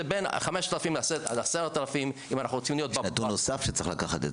זה בין 5,000 עד 10,000. יש נתון נוסף שצריך להוסיף.